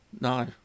No